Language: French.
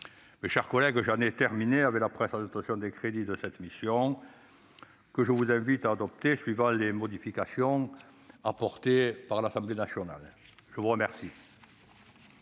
Mes chers collègues, j'en ai terminé avec la présentation des crédits de cette mission, que je vous invite à adopter avec les modifications apportées par l'Assemblée nationale. Très bien